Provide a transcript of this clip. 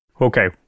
Okay